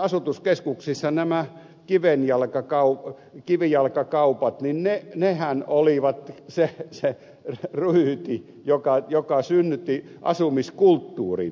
asutuskeskuksissa kivijalkakaupat olivat se ryyti joka synnytti asumiskulttuurin